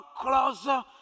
closer